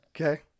Okay